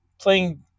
playing